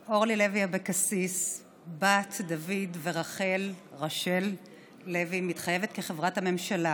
בת דוד ורחל ראשל לוי, מתחייבת כחברת הממשלה